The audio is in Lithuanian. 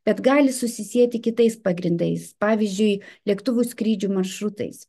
bet gali susisieti kitais pagrindais pavyzdžiui lėktuvų skrydžių maršrutais